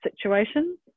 situations